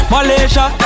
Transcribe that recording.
Malaysia